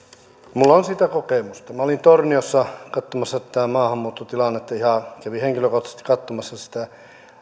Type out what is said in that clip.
minulla on siitä kokemusta minä olin torniossa katsomassa tätä maahanmuuttotilannetta ihan kävin henkilökohtaisesti katsomassa sitä